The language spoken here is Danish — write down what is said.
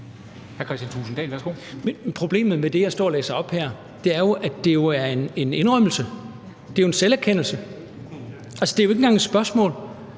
Problemet med det, jeg står og læser op her, er jo, at det er en indrømmelse – det er en selverkendelse. Altså, det er jo ikke engang i forbindelse